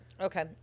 okay